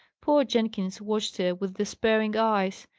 poor jenkins watched her with despairing eyes,